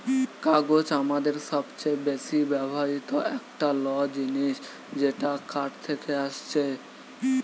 কাগজ আমাদের সবচে বেশি ব্যবহৃত একটা ল জিনিস যেটা কাঠ থেকে আসছে